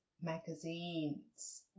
magazines